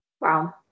wow